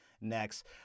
next